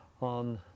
on